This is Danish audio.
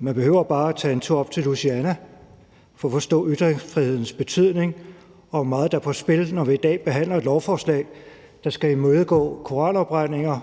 Man behøver bare at tage en tur op til Louisiana for at forstå ytringsfrihedens betydning, og hvor meget der er på spil, når vi i dag behandler et lovforslag, der skal imødegå koranafbrændinger